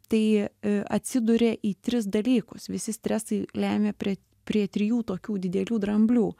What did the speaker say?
tai atsiduria į tris dalykus visi stresai lemia prie prie trijų tokių didelių dramblių